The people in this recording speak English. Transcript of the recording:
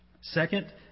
Second